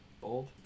bold